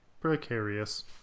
precarious